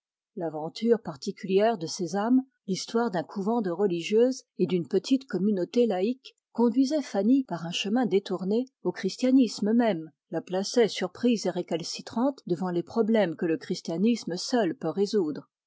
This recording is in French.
l'aventure particulière de ces âmes l'histoire d'un couvent de religieuses et d'une petite communauté laïque conduisaient fanny par un chemin détourné au christianisme même la plaçaient surprise et récalcitrante devant les problèmes que le christianisme seul peut résoudre